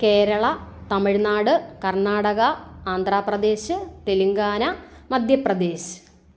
Kerala Tamil Nadu Karnataka Andhra Pradesh Telangana Madhya Pradesh